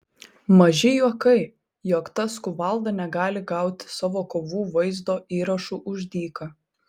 maži juokai jog tas kuvalda negali gauti savo kovų vaizdo įrašų už dyką